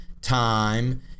time